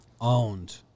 owned